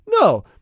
No